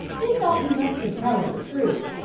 they thought he must be telling the truth.